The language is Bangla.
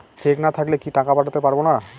চেক না থাকলে কি টাকা পাঠাতে পারবো না?